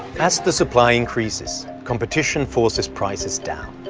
as the supply increases, competition forces prices down.